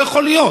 לא יכול להיות.